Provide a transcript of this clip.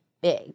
big